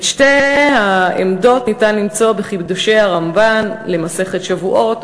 את שתי העמדות אפשר למצוא ב"חידושי הרמב"ן" למסכת שבועות,